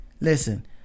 Listen